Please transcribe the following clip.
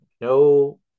no